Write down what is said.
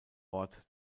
ort